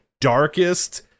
darkest